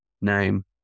name